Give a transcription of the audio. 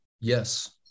yes